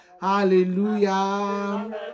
Hallelujah